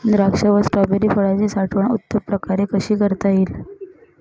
द्राक्ष व स्ट्रॉबेरी फळाची साठवण उत्तम प्रकारे कशी करता येईल?